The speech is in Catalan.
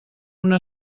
una